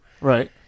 right